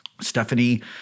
Stephanie